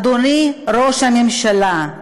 אדוני ראש הממשלה,